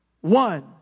one